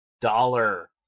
dollar